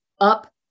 up